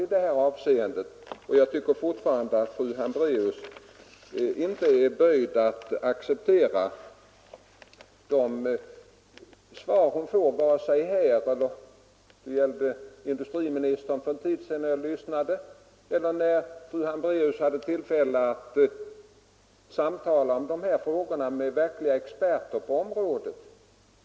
Fru Hambraeus är fortfarande inte böjd att acceptera det svar hon får här. Det gällde även de svar hon fick av industriministern för en tid sedan då jag lyssnade till debatten. Detsamma är förhållandet med de svar hon fick när hon hade tillfälle att i televisionen samtala om dessa frågor med verkliga experter på området.